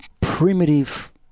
primitive